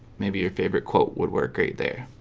maybe your favorite quote would work great there